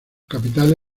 capital